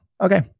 Okay